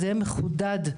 מחודד,